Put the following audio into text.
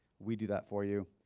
we do that for you.